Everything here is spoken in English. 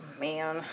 man